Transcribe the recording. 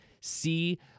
see